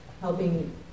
helping